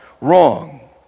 wrong